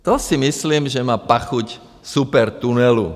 To si myslím, že má pachuť supertunelu.